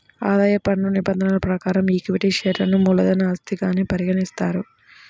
ఆదాయ పన్ను నిబంధనల ప్రకారం ఈక్విటీ షేర్లను మూలధన ఆస్తిగానే పరిగణిస్తారు